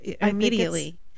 immediately